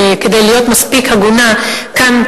כדי להיות מספיק הגונה כאן,